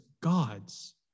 gods